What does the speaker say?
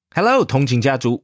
Hello,同情家族